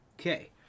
okay